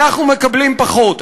אנחנו מקבלים פחות,